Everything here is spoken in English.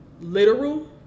literal